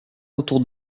autour